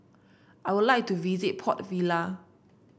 I would like to visit Port Vila